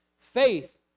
faith